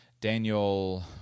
Daniel –